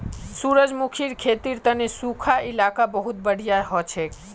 सूरजमुखीर खेतीर तने सुखा इलाका बहुत बढ़िया हछेक